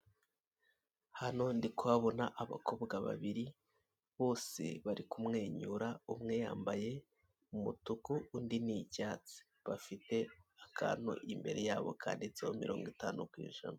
Hano ndi kuhabona abakobwa babiri bose bari kumwenyura umwe yambaye umutuku, undi ni icyatsi bafite akantu imbere yabo kanditseho mirongo itanu ku ijana.